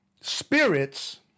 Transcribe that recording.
spirits